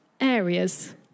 areas